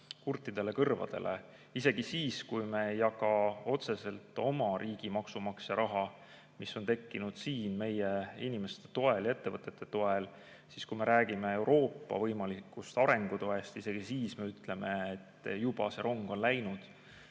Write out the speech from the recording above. kurtidele kõrvadele. Isegi siis, kui me ei jaga otseselt oma riigi maksumaksja raha, mis on tekkinud meie inimeste ja ettevõtete toel, kui me räägime Euroopa võimalikust arengutoest, isegi siis me ütleme, et see rong on juba läinud.